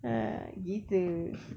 ha gitu